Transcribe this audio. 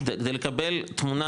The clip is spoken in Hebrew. כדי לקבל תמונה,